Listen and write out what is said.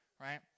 right